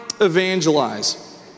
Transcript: evangelize